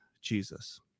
Jesus